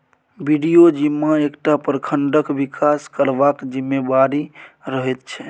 BDO जिम्मा एकटा प्रखंडक बिकास करबाक जिम्मेबारी रहैत छै